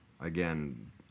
again